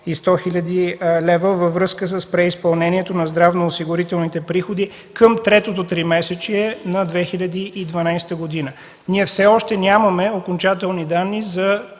100 хил. лв. във връзка с преизпълнението на здравноосигурителните приходи към третото тримесечие на 2012 г. Ние все още нямаме окончателни данни за